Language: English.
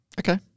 Okay